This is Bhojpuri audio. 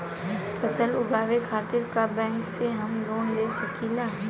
फसल उगावे खतिर का बैंक से हम लोन ले सकीला?